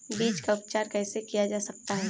बीज का उपचार कैसे किया जा सकता है?